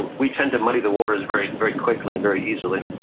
and we tend to muddy the waters very, very quickly and very easily,